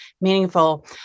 meaningful